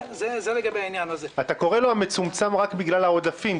אתה קורא לו מצומצם רק בגלל העודפים,